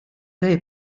lay